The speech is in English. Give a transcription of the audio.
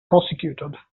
prosecuted